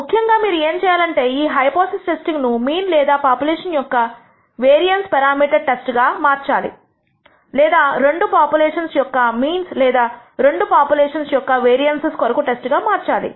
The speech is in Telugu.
ముఖ్యముగా మీరు ఏమి చేయాలి అంటే ఈ హైపోథిసిస్ ను మీన్ లేదా పాపులేషన్ యొక్క వేరియన్స్ పెరామీటర్ టెస్ట్ గా మార్చాలి లేదా రెండు పాపులేషన్స్ యొక్క మీన్స్ లేదా రెండు పాపులేషన్స్ యొక్క వేరియన్స్స్ కొరకు టెస్ట్ గా మార్చాలి